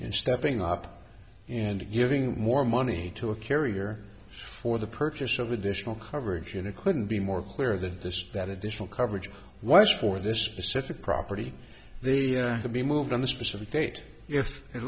in stepping up and giving more money to a carrier for the purpose of additional coverage and it couldn't be more clear that this that additional coverage was for this specific property the to be moved on the specific date if it